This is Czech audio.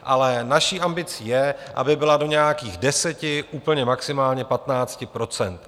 Ale naší ambicí je, aby byla do nějakých 10, úplně maximálně 15 %.